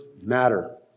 matter